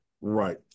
Right